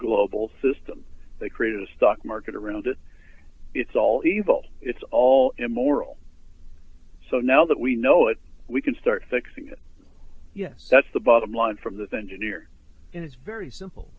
global system they created a stock market around it it's all evil it's all immoral so now that we know it we can start fixing it yes that's the bottom line from the to engineer and it's very simple